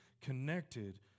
connected